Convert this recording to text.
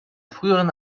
früheren